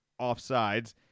offsides